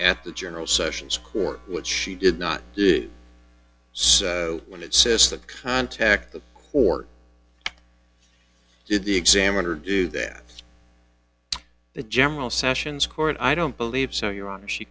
t the general sessions court what she did not do so when it says the contact the court did the examiner do that the general sessions court i don't believe so you're on she